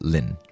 Lin